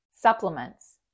Supplements